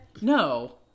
No